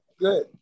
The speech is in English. Good